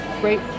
great